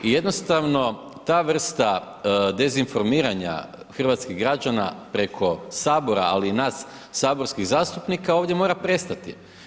I jednostavno ta vrsta dezinformiranja hrvatskih građana preko Sabora ali i nas saborskih zastupnika ovdje mora prestati.